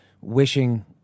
wishing